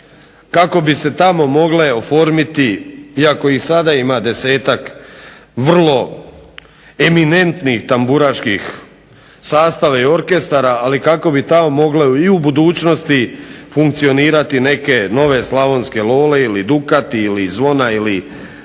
kako bi se tamo mogle oformiti iako ih sada ima desetak vrlo eminentnih tamburaških sastava i orkestara. Ali kako bi tamo mogle i u budućnosti funkcionirati neke nove „Slavonske lole“ ili „Dukati“ ili „Zvona“ ili